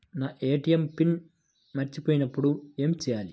నా ATM pin మర్చిపోయినప్పుడు ఏమి చేయాలి?